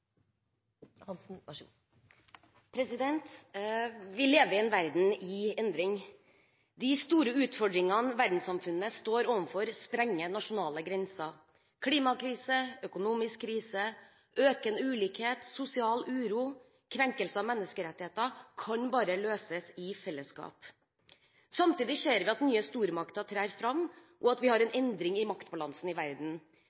Vi lever i en verden i endring. De store utfordringene verdenssamfunnet står overfor, sprenger nasjonale grenser. Klimakrise, økonomisk krise, økende ulikhet, sosial uro og krenkelse av menneskerettigheter kan bare løses i fellesskap. Samtidig ser vi at nye stormakter trer fram, og at vi har en